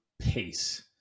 pace